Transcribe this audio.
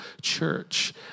church